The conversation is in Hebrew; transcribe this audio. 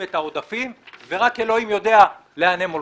את העודפים ורק אלוהים יודע לאן הם הולכים.